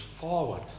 forward